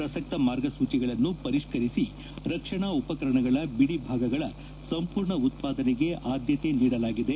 ಪ್ರಸ್ತ ಮಾರ್ಗಸೂಚಿಗಳನ್ನು ಪರಿಷ್ಠರಿಸಿ ರಕ್ಷಣಾ ಉಪಕರಣಗಳ ಏಡಿ ಭಾಗಗಳ ಸಂಪೂರ್ಣ ಉತ್ಪಾದನೆಗೆ ಆದ್ದತೆ ನೀಡಲಾಗಿದೆ